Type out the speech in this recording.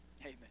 Amen